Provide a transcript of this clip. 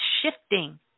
shifting